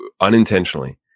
unintentionally